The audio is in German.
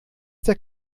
der